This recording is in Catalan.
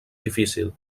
difícil